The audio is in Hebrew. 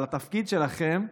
אבל התפקיד שלכם הוא